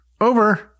Over